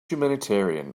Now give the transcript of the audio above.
humanitarian